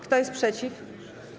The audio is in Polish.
Kto jest przeciw?